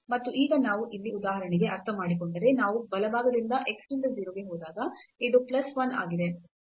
ಮತ್ತು ಈಗ ನಾವು ಇಲ್ಲಿ ಉದಾಹರಣೆಗೆ ಅರ್ಥಮಾಡಿಕೊಂಡರೆ ನಾವು ಬಲಭಾಗದಿಂದ x ನಿಂದ 0 ಗೆ ಹೋದಾಗ ಇದು plus 1 ಆಗಿದೆ